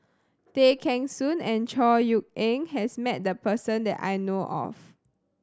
Tay Kheng Soon and Chor Yeok Eng has met this person that I know of